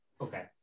Okay